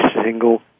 single